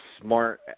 Smart